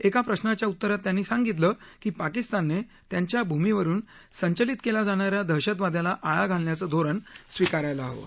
एका प्रश्नाच्या उतरात त्यांना सांगितलं की पाकिस्तानने त्यांच्या भूमीवरुन संचलित केला जाणा या दहशतवादाला आळा घालण्याचं धोरण स्वीकारायला हवं